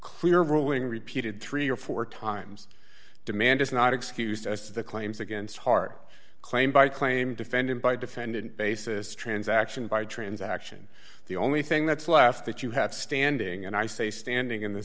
clear ruling repeated three or four times demand is not excused as the claims against heart claim by claim defendant by defendant basis transaction by transaction the only thing that's left that you have standing and i say standing in the